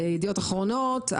ידיעות אחרונות,